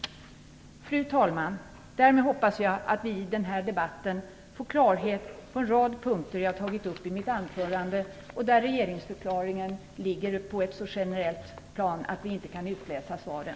Fru talman! Därmed hoppas jag att vi i den här debatten får klarhet på en rad av de punkter som jag har tagit upp i mitt anförande och där regeringsförklaringen ligger på ett så generellt plan att vi inte kan utläsa svaren.